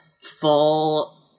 full